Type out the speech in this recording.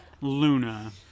Luna